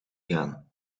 gaan